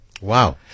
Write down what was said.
Wow